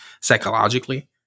psychologically